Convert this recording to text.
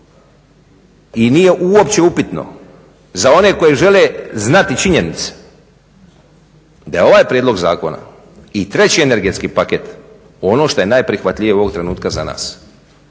i nije uopće upitno za one koji žele znati činjenice da je ovaj prijedlog zakona i 3.energetski paket ono što je najprihvatljivije ovog trenutka za nas.